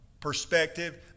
perspective